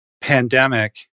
pandemic